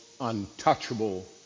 untouchable